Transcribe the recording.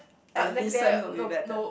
I listen will be better